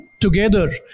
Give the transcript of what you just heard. together